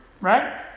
right